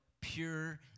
pure